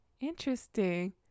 Interesting